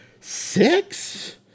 six